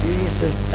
Jesus